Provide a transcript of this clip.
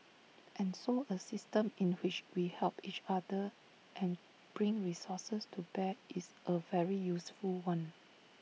and so A system in which we help each other and bring resources to bear is A very useful one